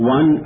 One